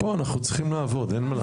פה אנחנו צריכים לעבוד, אין מה לעשות.